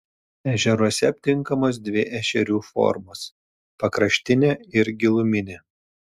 ežeruose aptinkamos dvi ešerių formos pakraštinė ir giluminė